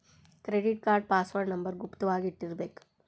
credit card password number ಗುಪ್ತ ವಾಗಿ ಇಟ್ಟಿರ್ಬೇಕ